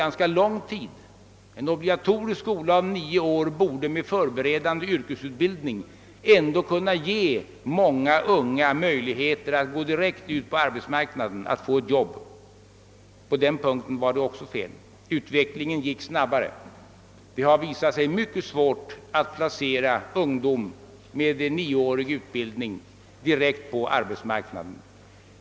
Att gå i den obligatoriska skolan i nio år är ju ändå ganska lång tid, och med förberedande yrkesutbildning borde den skolgången ändå kunna ge många unga människor möjligheter att gå direkt ut på arbetsmarknaden och få ett jobb, trodde vi. Även på den punkten räknade vi emellertid fel. Utvecklingen gick snabbare. Det har visat sig vara mycket svårt att placera ungdomar med nioårig skola direkt i ett jobb ute på arbetsmarknaden.